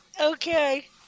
okay